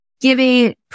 giving